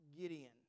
Gideon